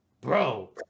Bro